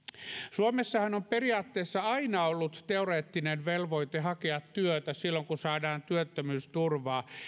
suomessahan on periaatteessa aina ollut teoreettinen velvoite hakea työtä silloin kun saadaan työttömyysturvaa